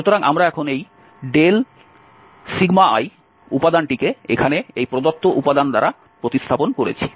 সুতরাং আমরা এখন এই i উপাদানটিকে এখানে এই প্রদত্ত উপাদান দ্বারা প্রতিস্থাপন করেছি